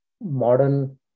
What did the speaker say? modern